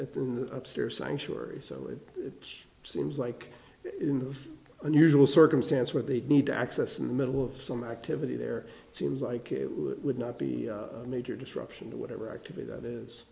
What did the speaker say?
the upstairs sanctuary so it seems like in the unusual circumstance where they need to access the middle of some activity there seems like it would not be a major disruption whatever activity that is